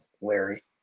Larry